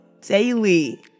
daily